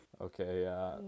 Okay